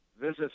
visit